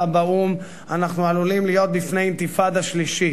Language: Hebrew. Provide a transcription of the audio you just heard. באו"ם אנחנו עלולים להיות בפני אינתיפאדה שלישית.